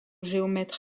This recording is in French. géomètre